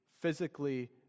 physically